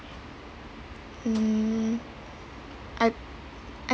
mm I I